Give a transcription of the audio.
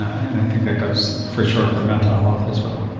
i think that goes for sure for mental health as well